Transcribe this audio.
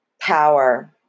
power